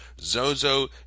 Zozo